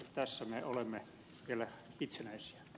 tässä me olemme vielä itsenäisiä